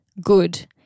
Good